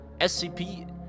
SCP